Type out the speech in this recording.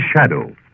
shadow